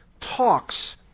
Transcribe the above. talks